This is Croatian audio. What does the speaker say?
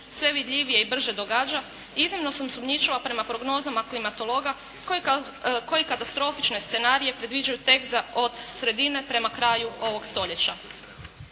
sve vidljivije i brže događa, iznimno sam sumnjičava prema prognozama klimatologa koji katastrofične scenarije predviđaju tek za od sredine prema kraju ovog stoljeća.